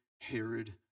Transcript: Herod